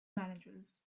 managers